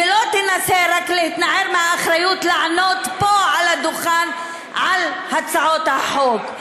ולא תנסה רק להתנער מהאחריות לענות פה על הדוכן על הצעות החוק.